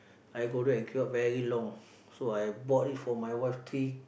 I got there and queue up very long so I bought it for my wife three